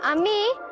um me!